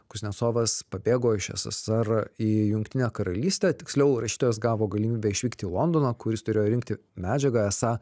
kuznecovas pabėgo iš ssr į jungtinę karalystę tiksliau rašytojas gavo galimybę išvykti į londoną kur jis turėjo rinkti medžiagą esą